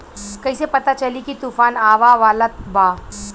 कइसे पता चली की तूफान आवा वाला बा?